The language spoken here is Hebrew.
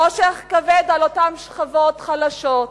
חושך כבד על אותן שכבות חלשות,